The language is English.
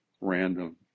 random